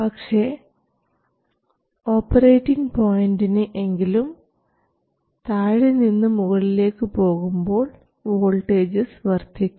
പക്ഷേ ഓപ്പറേറ്റിംഗ് പോയൻറിന് എങ്കിലും താഴെ നിന്ന് മുകളിലേക്ക് പോകുമ്പോൾ വോൾട്ടേജസ് വർദ്ധിക്കും